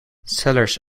cellars